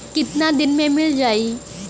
कितना दिन में मील जाई?